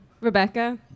Rebecca